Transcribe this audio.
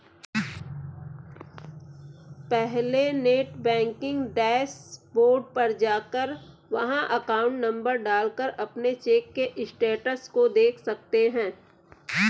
पहले net banking dashboard पर जाकर वहाँ अकाउंट नंबर डाल कर अपने चेक के स्टेटस को देख सकते है